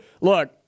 Look